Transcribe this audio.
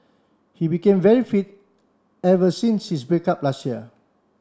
he became very fit ever since his break up last year